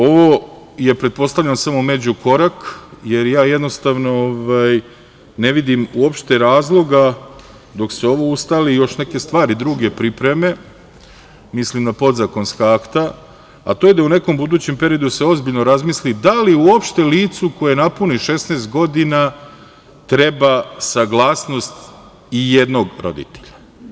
Ovo je, pretpostavljam, samo međukorak, jer ja jednostavno ne vidim uopšte razloga dok se ovo ustali i još neke druge stvari pripreme, mislim na podzakonska akta, a to je da u nekom budućem periodu se ozbiljno razmisli da li uopšte licu koje napuni 16 godina treba saglasnost i jednog roditelja.